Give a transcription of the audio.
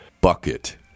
bucket